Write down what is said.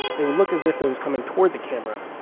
it would look as if it were coming toward the camera.